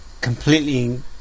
completely